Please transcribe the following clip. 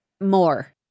more